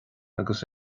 agus